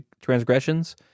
transgressions